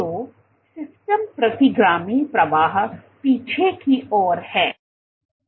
तो सिस्टम प्रतिगामी प्रवाहपीछे की ओर है